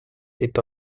est